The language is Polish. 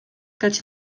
kać